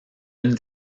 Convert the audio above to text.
une